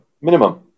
minimum